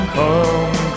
come